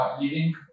leading